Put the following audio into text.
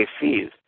fees